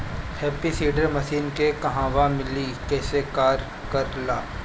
Happy seeder machine के कहवा मिली कैसे कार कर ला?